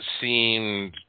seemed